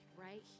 right